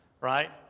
right